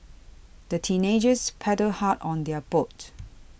the teenagers paddled hard on their boat